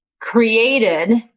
created